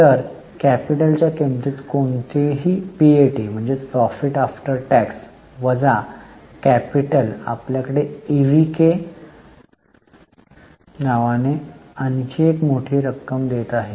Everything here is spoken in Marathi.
तर कॅपिटल च्या किंमतीत कोणतेही पीएटी वजा कॅपिटल आपल्याला ईव्हीएके नावाने आणखी एक मोठी नफा देत नाही